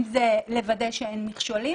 אם זה לוודא שאין מכשולים